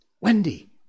Wendy